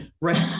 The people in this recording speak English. right